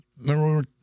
remember